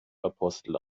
apostel